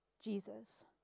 Jesus